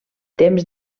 temps